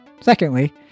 secondly